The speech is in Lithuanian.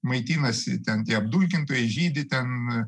maitinasi ten tie apdulkintojai žydi ten